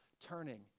turning